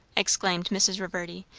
exclaimed mrs. reverdy,